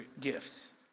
gifts